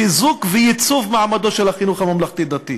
חיזוק וייצוב מעמדו של החינוך הממלכתי-דתי,